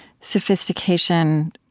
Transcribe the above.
sophistication